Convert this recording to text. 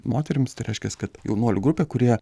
moterims tai reiškias kad jaunuolių grupė kurie